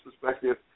perspective